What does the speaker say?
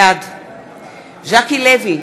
בעד ג'קי לוי,